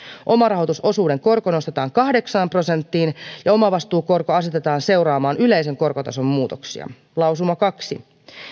omarahoitusosuuden korko nostetaan kahdeksaan prosenttiin ja omavastuukorko asetetaan seuraamaan yleisen korkotason muutoksia lausuma kaksi